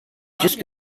just